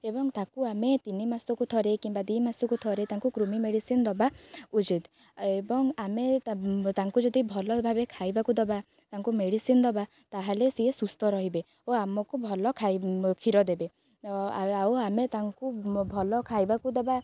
ଏବଂ ତାକୁ ଆମେ ତିନି ମାସକୁ ଥରେ କିମ୍ବା ଦୁଇ ମାସକୁ ଥରେ ତାଙ୍କୁ କୃମି ମେଡ଼ିସିନ ଦବା ଉଚିତ ଏବଂ ଆମେ ତାଙ୍କୁ ଯଦି ଭଲ ଭାବେ ଖାଇବାକୁ ଦବା ତାଙ୍କୁ ମେଡ଼ିସିନ ଦବା ତା'ହେଲେ ସିଏ ସୁସ୍ଥ ରହିବେ ଓ ଆମକୁ ଭଲ କ୍ଷୀର ଦେବେ ଆଉ ଆମେ ତାଙ୍କୁ ଭଲ ଖାଇବାକୁ ଦବା